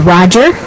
Roger